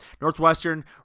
Northwestern